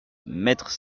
maître